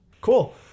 Cool